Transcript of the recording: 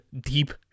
deep